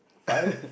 five